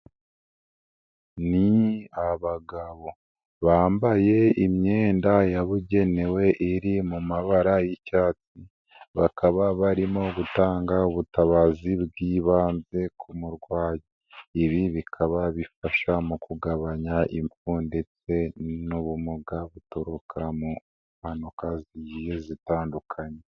Ni abagabo bambaye imyenda yabugenewe iri mu mabara y'icyatsi, bakaba barimo gutanga ubutabazi bwi'ibanze ku murwayi. Ibi bikaba bifasha mu kugabanya imfu ndetse n'ubumuga buturuka mu mpanuka zigiye zitandukanye.